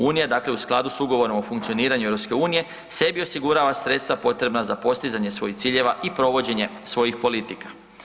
Unija dakle u skladu s Ugovorom o funkcioniranju EU sebi osigurava sredstva potrebna za postizanje svojih ciljeva i provođenje svojih politika.